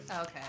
Okay